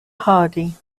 hardy